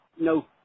no